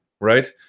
right